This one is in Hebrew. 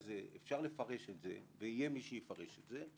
אפשר לפרש את זה ויהיה מי שיפרש את זה,